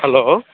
hello